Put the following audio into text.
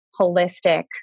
holistic